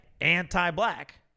anti-black